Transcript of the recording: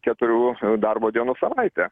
keturių darbo dienų savaitę